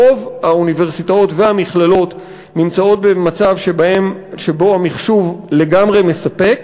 רוב האוניברסיטאות והמכללות נמצאות במצב שבו המחשוב לגמרי מספק,